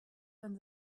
von